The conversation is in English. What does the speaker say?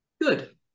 Good